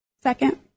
Second